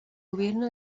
gobierno